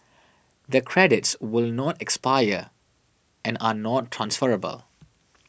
the credits will not expire and are not transferable